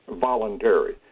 voluntary